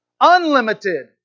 unlimited